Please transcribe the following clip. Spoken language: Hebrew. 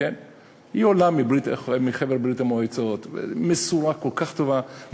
היא עולה מברית-המועצות, מסורה, כל כך טובה.